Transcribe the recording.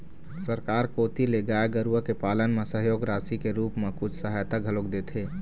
सरकार कोती ले गाय गरुवा के पालन म सहयोग राशि के रुप म कुछ सहायता घलोक देथे